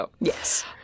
Yes